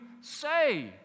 say